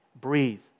Breathe